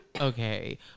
okay